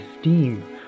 steam